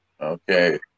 Okay